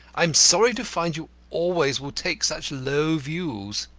i'm sorry to find you always will take such low views.